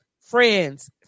friends